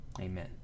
Amen